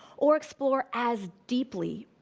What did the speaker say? or explore as deeply.